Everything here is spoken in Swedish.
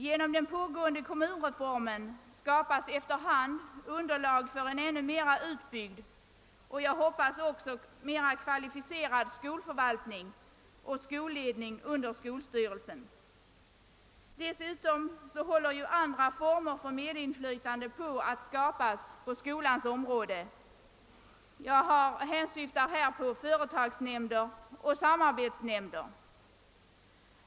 Genom den pågående kommunreformen bildas efter hand underlag för en ännu mera utbyggd och — hoppas jag — också mera kvalificerad skolförvaltning och skolledning under skolstyrelsen. Dessutom håller andra former för medinflytande på att skapas inom skolan; jag syftar på företagsnämnder och samarbetsnämnder.